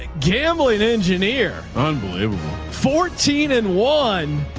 gambling engineer, unbelievable fourteen and one.